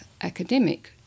academic